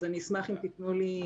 אז אני אשמח אם תתנו לי לדבר.